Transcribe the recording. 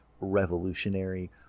revolutionary